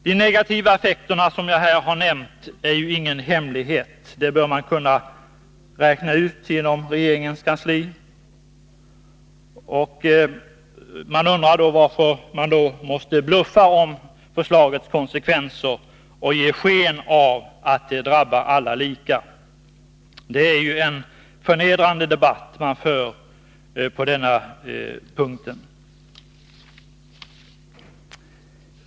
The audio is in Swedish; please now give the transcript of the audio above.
De negativa effekter som jag här har nämnt är ju ingen hemlighet. Det bör man kunna räkna ut inom regeringskansliet. Man undrar varför man då måste bluffa om förslagets konsekvenser och ge sken av att det drabbar alla lika. Det är en förnedrande debatt man för på denna punkt.